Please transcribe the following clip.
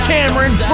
Cameron